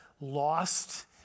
lost